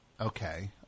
Okay